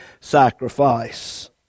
sacrifice